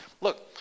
Look